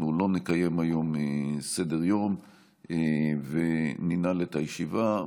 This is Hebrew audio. אנחנו לא נקיים היום סדר-יום וננעל את הישיבה.